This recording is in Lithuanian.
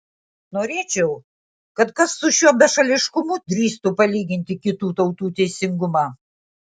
norėčiau kad kas su šiuo bešališkumu drįstų palyginti kitų tautų teisingumą